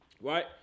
right